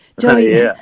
Joey